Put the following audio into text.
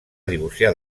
divorciar